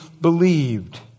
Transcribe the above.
believed